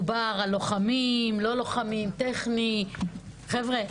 דובר על לוחמים, לא לוחמים, טכני חבר'ה,